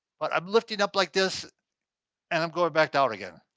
but i'm lifting up like this and i'm going back down again.